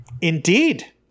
indeed